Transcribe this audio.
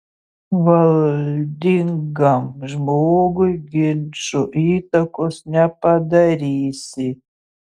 valdingam žmogui ginču įtakos nepadarysi